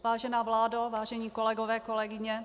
Vážená vládo, vážení kolegové, kolegové.